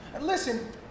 Listen